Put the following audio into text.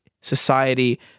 society